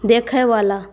देखयवला